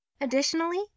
Additionally